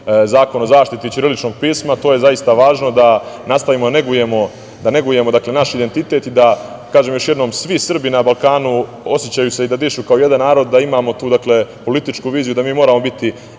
Zakon o zaštiti ćiriličnog pisma. To je zaista važno da nastavimo da negujemo naš identitet i da, kažem još jednom, svi Srbi na Balkanu osećaju se da dišu kao jedan narod, da imamo političku viziju da mi moramo biti